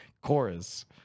Chorus